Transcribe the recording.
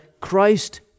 Christ